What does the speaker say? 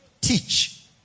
Teach